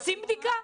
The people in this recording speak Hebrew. עושים בדיקה.